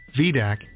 VDAC